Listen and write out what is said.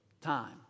time